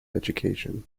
education